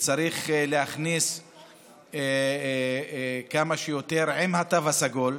וצריך להכניס כמה שיותר עם התו הסגול.